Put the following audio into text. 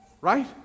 Right